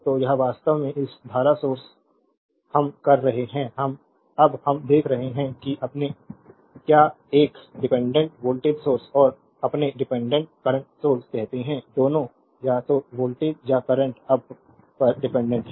तो यह वास्तव में इस धारा सोर्स हम कर रहे है अब हम देख रहे है कि अपने क्या एक डिपेंडेंट वोल्टेज सोर्स और अपने डिपेंडेंट करंट सोर्स कहते हैं दोनों या तो वोल्टेज या करंट अब पर डिपेंडेंट हैं